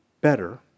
better